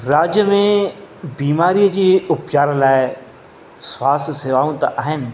राज्य में बीमारी जी उपचार लाइ स्वास्थ्य सेवाऊं त आहिनि